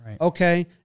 okay